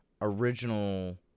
original